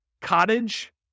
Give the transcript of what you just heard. Cottage